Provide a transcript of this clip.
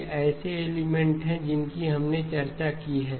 ये ऐसे एलिमेंट हैं जिनकी हमने चर्चा की है